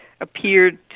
appeared